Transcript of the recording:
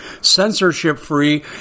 censorship-free